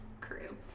crew